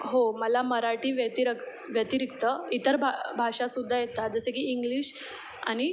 हो मला मराठी व्यतिर व्यतिरिक्त इतर भा भाषासुद्धा येतात जसे की इंग्लिश आणि